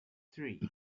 three